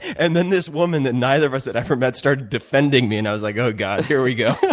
and then this woman that neither of us had ever met started defending me and i was like, oh god, here we go.